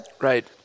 right